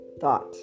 thought